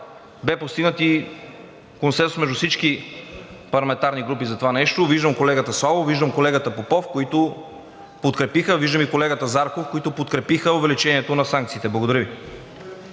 бе постигнат и консенсус между всички парламентарни групи за това нещо. Виждам колегата Славов, виждам колегата Попов, виждам и колегата Зарков, които подкрепиха увеличението на санкциите. Благодаря Ви.